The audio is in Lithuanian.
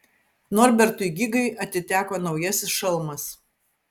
norbertui gigai atiteko naujasis šalmas